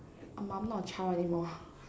um I'm not a child anymore